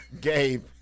Gabe